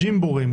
ג'ימבורים,